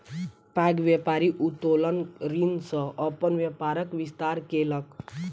पैघ व्यापारी उत्तोलन ऋण सॅ अपन व्यापारक विस्तार केलक